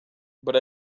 but